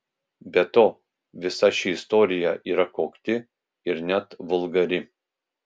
be to visa ši istorija yra kokti ir net vulgari